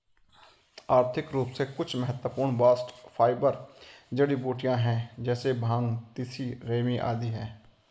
आर्थिक रूप से कुछ महत्वपूर्ण बास्ट फाइबर जड़ीबूटियां है जैसे भांग, तिसी, रेमी आदि है